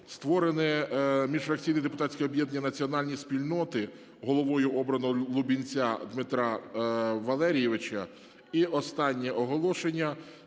Створено міжфракційне депутатське об'єднання "Національні спільноти". Головою обрано Лубінця Дмитра Валерійовича. І останнє оголошення.